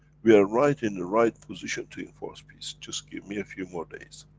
we are right in the right position to enforce peace just give me a few more days.